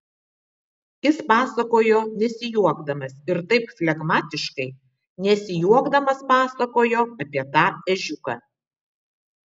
jis pasakojo nesijuokdamas ir taip flegmatiškai nesijuokdamas pasakojo apie tą ežiuką